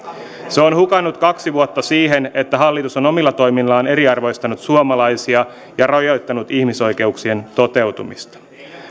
se on hukannut kaksi vuotta siihen että hallitus on omilla toimillaan eriarvoistanut suomalaisia ja rajoittanut ihmisoikeuksien toteutumista